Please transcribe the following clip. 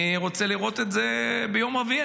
אני רוצה לראות את זה ביום רביעי,